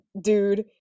dude